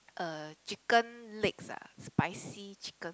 uh chicken legs ah spicy chicken